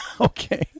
Okay